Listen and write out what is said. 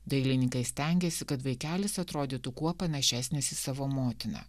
dailininkai stengėsi kad vaikelis atrodytų kuo panašesnis į savo motiną